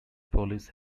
police